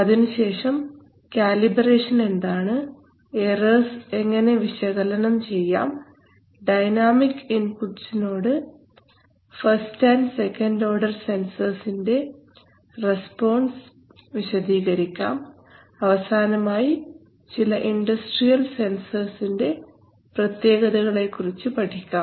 അതിനുശേഷം കാലിബറേഷൻ എന്താണ് എറർസ് എങ്ങനെ വിശകലനം ചെയ്യാം ഡൈനാമിക് ഇൻപുട്ട്സിനോട് first and and second order സെൻസർസിന്റെ റെസ്പോൺസ് വിശദീകരിക്കാം അവസാനമായി ചില ഇൻഡസ്ട്രിയൽ സെൻസറിന്റെ പ്രത്യേകതകളെക്കുറിച്ച് പഠിക്കാം